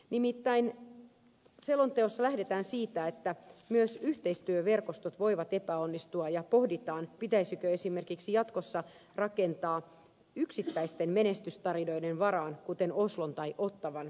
nimittäin selonteossa lähdetään siitä että myös yhteistyöverkostot voivat epäonnistua ja pohditaan pitäisikö esimerkiksi jatkossa rakentaa yksittäisten menestystarinoiden varaan kuten oslon tai ottawan prosessiin